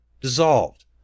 dissolved